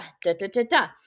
da-da-da-da